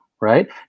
right